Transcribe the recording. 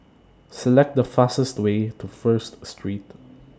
Select The fastest Way to First Street